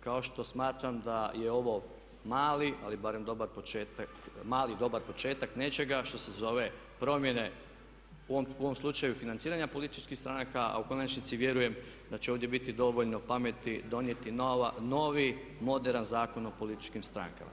kao što smatram da je ovo mali ali barem dobar početak nečega što se zove promjene, u ovom slučaju financiranja političkih stranaka a u konačnici vjerujem da će ovdje biti dovoljno pameti donijeti novi moderan Zakon o političkim strankama.